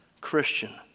Christian